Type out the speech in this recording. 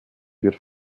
wird